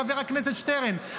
חבר הכנסת שטרן,